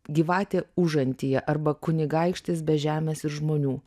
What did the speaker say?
gyvatė užantyje arba kunigaikštis be žemės ir žmonių